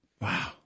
Wow